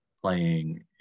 playing